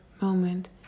moment